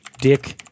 dick